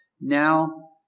now